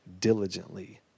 diligently